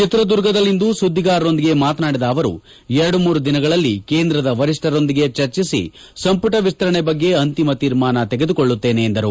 ಚಿತ್ರದುರ್ಗದಲ್ಲಿಂದು ಸುದ್ದಿಗಾರರೊಂದಿಗೆ ಮಾತನಾಡಿದ ಅವರು ಎರಡು ಮೂರು ದಿನಗಳಲ್ಲಿ ಕೇಂದ್ರದ ವರಿಷ್ಟರೊಂದಿಗೆ ಚರ್ಚಿಸಿ ಸಂಪುಟ ವಿಸ್ತರೆ ಬಗ್ಗೆ ಅಂತಿಮ ತೀರ್ಮಾನ ತೆಗೆದುಕೊಳ್ಳುತ್ತೇನೆ ಎಂದರು